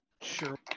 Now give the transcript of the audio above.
Sure